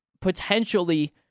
potentially